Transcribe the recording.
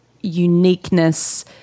uniqueness